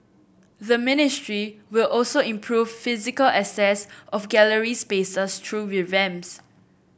the ministry will also improve physical access of gallery spaces through revamps